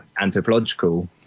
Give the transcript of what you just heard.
anthropological